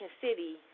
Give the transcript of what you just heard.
city